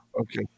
Okay